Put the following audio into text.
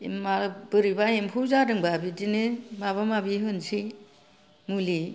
बोरैबा एम्फौ जादोंबा बिदिनो माबा माबि होनोसै मुलि